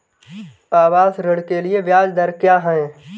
आवास ऋण के लिए ब्याज दर क्या हैं?